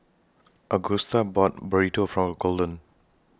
Agusta bought Burrito For Golden